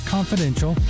Confidential